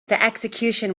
execution